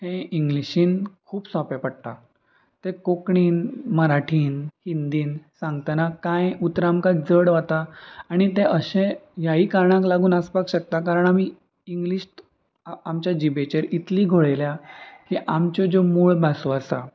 हें इंग्लिशीन खूब सोंपें पडटा ते कोंकणीन मराठीन हिंदीन सांगतना कांय उतरां आमकां जड वता आनी ते अशें ह्याय कारणाक लागून आसपाक शकता कारण आमी इंग्लीश आमच्या जिबेचेर इतली घोळयल्या की आमच्यो ज्यो मूळ भासो आसा